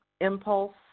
impulse